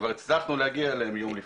שכבר הצלחנו להגיע אליהן יום לפני.